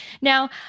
Now